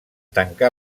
tancar